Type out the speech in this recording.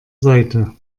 seite